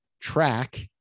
track